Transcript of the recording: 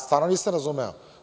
Stvarno nisam razumeo.